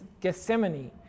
Gethsemane